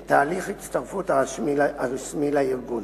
את תהליך ההצטרפות הרשמי לארגון.